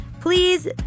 please